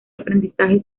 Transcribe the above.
aprendizaje